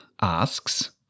asks